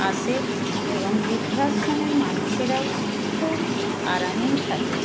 আসে এবং বৃদ্ধাশ্রমের মানুষেরাও খুব আরামেই থাকে